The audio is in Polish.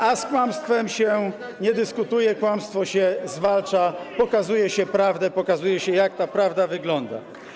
A z kłamstwem się nie dyskutuje, kłamstwo się zwalcza, pokazuje się prawdę, pokazuje się, jak ta prawda wygląda.